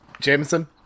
Jameson